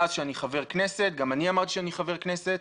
שאני חבר כנסת גם אני אמרתי שאני חבר כנסת.